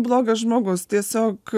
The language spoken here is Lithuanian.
blogas žmogus tiesiog